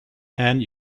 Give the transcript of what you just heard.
and